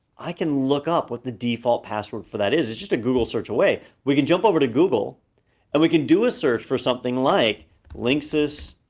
i can look up what the default password for that is. it's just a google search away. we can jump over to google and we can do a search for something like linksys,